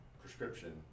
prescription